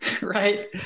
right